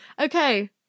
Okay